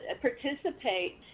participate